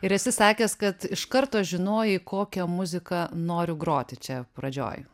ir esi sakęs kad iš karto žinojai kokią muziką noriu groti čia pradžioj